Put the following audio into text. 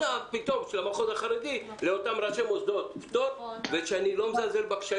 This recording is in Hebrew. את המערכות האלה והוא --- לא רק זה שמשרד החינוך לא עשה,